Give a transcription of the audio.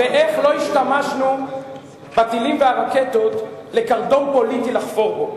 ואיך לא השתמשנו בטילים והרקטות לקרדום פוליטי לחפור בו.